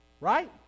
right